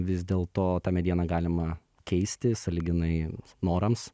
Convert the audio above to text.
vis dėlto tą medieną galima keisti sąlyginai norams